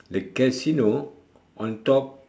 the casino on top